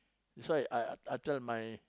that's why I I tell my